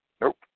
Nope